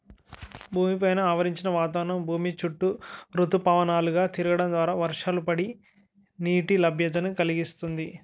భూమి పైన ఆవరించిన వాతావరణం భూమి చుట్టూ ఋతుపవనాలు గా తిరగడం ద్వారా వర్షాలు పడి, నీటి లభ్యతను కలిగిస్తుంది